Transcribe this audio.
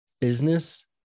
business